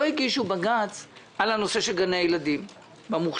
לא הגישו בג"צ על הנושא של גני הילדים במוכש”ר.